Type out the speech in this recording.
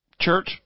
Church